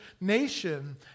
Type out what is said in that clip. nation